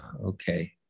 Okay